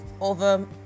over